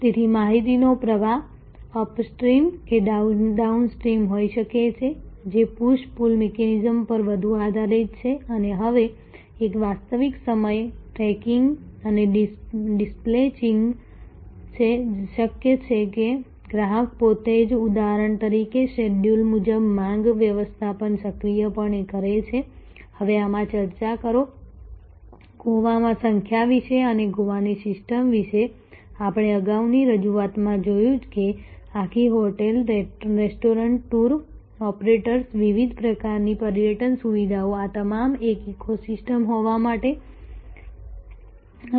તેથી માહિતીનો પ્રવાહ અપસ્ટ્રીમ કે ડાઉનસ્ટ્રીમ હોય શકે છે જે પુશ પુલ મિકેનિઝમ પર વધુ આધારિત છે અને હવે એક વાસ્તવિક સમય ટ્રેકિંગ અને ડિસ્પેચિંગ છે શક્ય છે કે ગ્રાહક પોતે જ ઉદાહરણ તરીકે શેડ્યૂલ મુજબ માંગ વ્યવસ્થાપન સક્રિયપણે કરે છે હવે આમાં ચર્ચા કરો ગોવામાં સંખ્યા વિશે અને ગોવાની સિસ્ટમ વિશે આપણે અગાઉની રજૂઆતમાં જોયું કે આખી હોટેલ્સ રેસ્ટોરન્ટ્સ ટૂર ઓપરેટર્સ વિવિધ પ્રકારની પર્યટન સુવિધા આ તમામ એક ઇકોસિસ્ટમ હોવા માટે છે